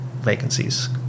vacancies